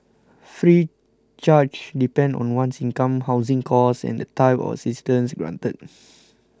fees charged depend on one's income housing cost and the type of assistance granted